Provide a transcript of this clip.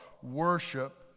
worship